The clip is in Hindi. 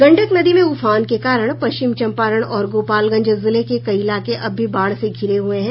गंडक नदी में उफान के कारण पश्चिम चंपारण और गोपालगंज जिले के कई इलाके अब भी बाढ़ से घिरे हुए हैं